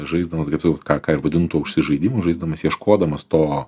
žaisdamas kaip sakau ką ką ir vadintų užsižaidimu žaisdamas ieškodamas to